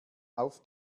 auf